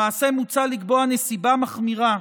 למעשה, מוצע לקבוע נסיבה מחמירה,